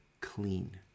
clean